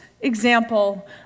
example